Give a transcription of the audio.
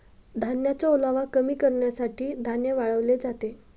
धान्याचा ओलावा कमी करण्यासाठी धान्य वाळवले जाते